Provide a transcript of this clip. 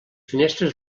finestres